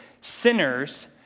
sinners